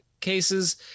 cases